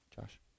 Josh